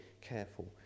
careful